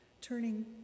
turning